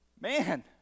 Man